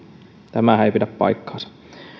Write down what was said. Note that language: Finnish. tämähän ei pidä paikkaansa